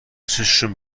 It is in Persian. چششون